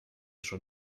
schon